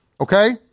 Okay